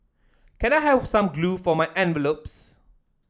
can I have some glue for my envelopes